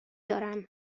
دارم